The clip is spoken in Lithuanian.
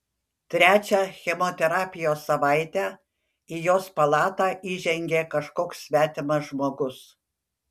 trečią chemoterapijos savaitę į jos palatą įžengė kažkoks svetimas žmogus